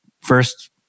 first